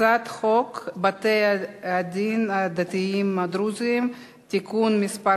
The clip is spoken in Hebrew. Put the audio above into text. הצעת חוק הגנת הצרכן (תיקון מס'